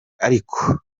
ariko